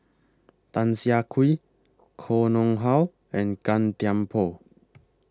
Tan Siah Kwee Koh Nguang How and Gan Thiam Poh